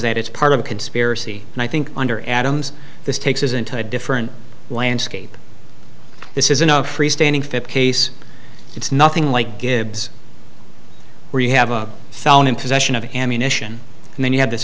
that it's part of a conspiracy and i think under adams this takes us into a different landscape this isn't a freestanding fip case it's nothing like gibbs where you have a felon in possession of ammunition and then you have this